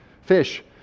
fish